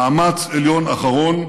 מאמץ עליון אחרון,